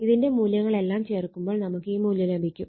ഇതിന്റെ മൂല്യങ്ങളെല്ലാം ചേർക്കുമ്പോൾ നമുക്ക് ഈ മൂല്യം ലഭിക്കും